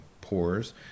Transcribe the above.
pores